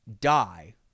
Die